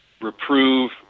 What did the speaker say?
reprove